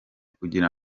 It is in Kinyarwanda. kugira